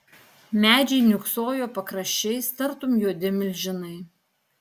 medžiai niūksojo pakraščiais tartum juodi milžinai